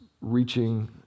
reaching